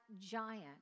giant